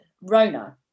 Rona